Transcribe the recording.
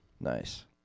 Nice